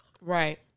Right